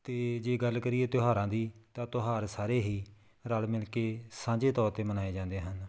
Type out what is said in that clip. ਅਤੇ ਜੇ ਗੱਲ ਕਰੀਏ ਤਿਉਹਾਰਾਂ ਦੀ ਤਾਂ ਤਿਉਹਾਰ ਸਾਰੇ ਹੀ ਰਲ ਮਿਲ ਕੇ ਸਾਂਝੇ ਤੌਰ 'ਤੇ ਮਨਾਏ ਜਾਂਦੇ ਹਨ